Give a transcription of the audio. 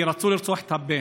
כי רצו לרצוח את הבן.